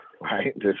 right